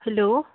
hello